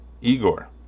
Igor